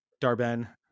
Darben